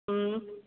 ꯎꯝ